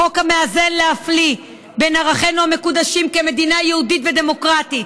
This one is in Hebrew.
חוק המאזן להפליא בין ערכינו המקודשים כמדינה יהודית ודמוקרטית.